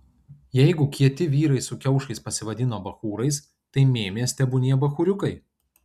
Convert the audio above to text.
jeigu kieti vyrai su kiaušais pasivadino bachūrais tai mėmės tebūnie bachūriukai